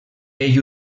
ell